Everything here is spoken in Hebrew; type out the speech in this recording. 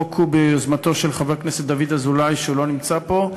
החוק הוא ביוזמתו של חבר הכנסת דוד אזולאי שלא נמצא פה,